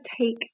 take